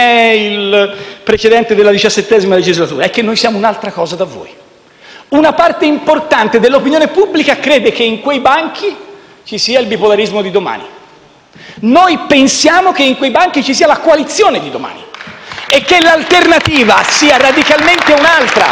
precedente della XVII legislatura, è che noi siamo un'altra cosa da voi. Una parte importante dell'opinione pubblica crede che in quei banchi ci sia il bipolarismo di domani, noi pensiamo che in quei banchi ci sia la coalizione di domani e che l'alternativa sia radicalmente un'altra.